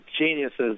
geniuses